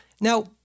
now-